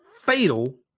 fatal